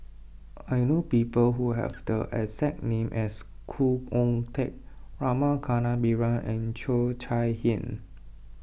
I know people who have the exact name as Khoo Oon Teik Rama Kannabiran and Cheo Chai Hiang